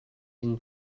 inn